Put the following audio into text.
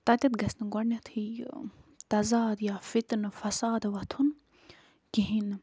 تَتٮ۪تھ گژھِ نہٕ گۄڈٕنٮ۪تھٕے یہِ تضاد یا فتنہٕ فساد وَتھُن کِہیٖنۍ نہٕ